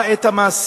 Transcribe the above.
באה עת המעשים.